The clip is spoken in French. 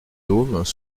dômes